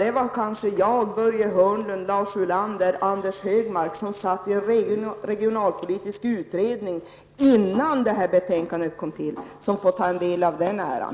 Det var jag, Börje Hörnlund, Lars Ulander och Anders G Högmark som var med i en regionalpolitisk utredning innan betänkandet kom till, och det är vi som kan ta del av den äran.